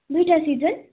दुइटा सिजन